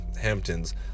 Hamptons